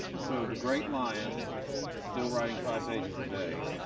so the great lion still writing five pages a day.